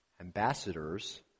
Ambassadors